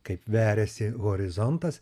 kaip veriasi horizontas